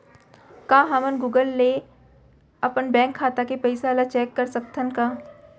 का हमन गूगल ले अपन बैंक खाता के पइसा ला चेक कर सकथन का?